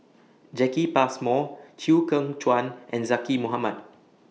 Jacki Passmore Chew Kheng Chuan and Zaqy Mohamad